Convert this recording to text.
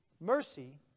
Mercy